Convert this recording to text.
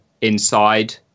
inside